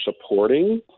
supporting